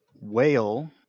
Whale